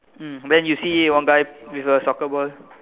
mm then you see one guy with a soccer ball